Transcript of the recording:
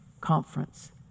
conference